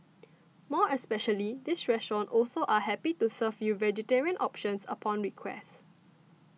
more especially this restaurant also are happy to serve you vegetarian options upon request